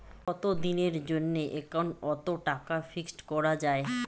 কতদিনের জন্যে একাউন্ট ওত টাকা ফিক্সড করা যায়?